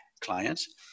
clients